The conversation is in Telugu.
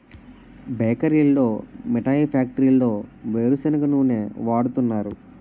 బేకరీల్లో మిఠాయి ఫ్యాక్టరీల్లో వేరుసెనగ నూనె వాడుతున్నారు